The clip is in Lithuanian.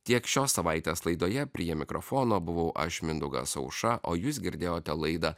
tiek šios savaitės laidoje prie mikrofono buvau aš mindaugas aušra o jūs girdėjote laidą